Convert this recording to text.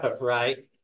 right